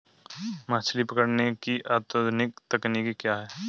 मछली पकड़ने की अत्याधुनिक तकनीकी क्या है?